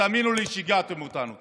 תאמינו לי, שיגעתם אותנו.